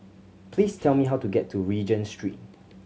please tell me how to get to Regent Street